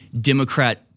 Democrat